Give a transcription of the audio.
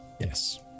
Yes